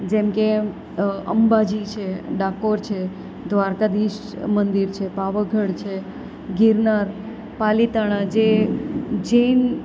જેમકે અંબાજી છે ડાકોર છે દ્વારકાધીશ મંદિર છે પાવાગઢ છે ગિરનાર પાલિતાણા જે જૈન